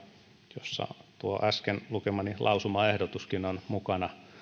jossa tuo äsken lukemani lausumaehdotuskin on mukana